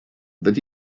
that